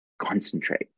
Concentrate